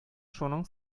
шуның